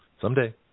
Someday